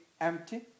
empty